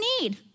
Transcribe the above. need